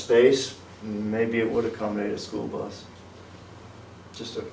space maybe it would accommodate a school bus just